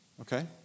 Okay